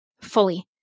fully